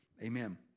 Amen